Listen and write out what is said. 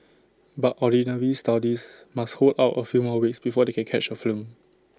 but Ordinary Saudis must hold out A few more weeks before they can catch A film